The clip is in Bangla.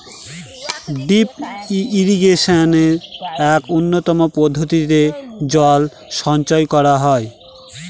ড্রিপ ইরিগেশনে এক উন্নতম পদ্ধতিতে জল সঞ্চয় করা হয়